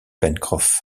pencroff